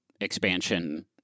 expansion